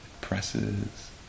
presses